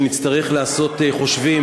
שנצטרך לעשות חושבים,